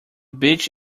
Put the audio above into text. beach